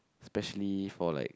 especially for like